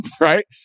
right